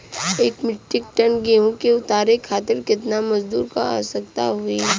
एक metric ton गेहूँ के उतारे खातीर कितना मजदूर क आवश्यकता होई?